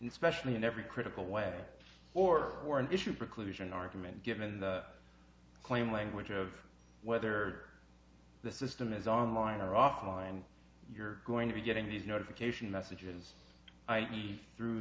and specially in every critical way or for an issue preclusion argument given the claim language of whether the system is online or offline you're going to be getting these notification messages i mean through